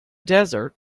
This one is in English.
desert